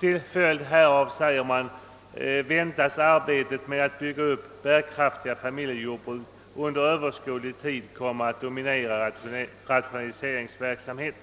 Till följd härav, sade man, väntades arbetet med att bygga upp bärkraftiga familjejordbruk under överskådlig tid komma att dominera rationaliserings: verksamheten.